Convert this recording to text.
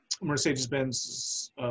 Mercedes-Benz